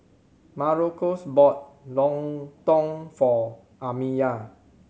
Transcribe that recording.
Marcos bought lontong for Amiyah